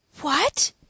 What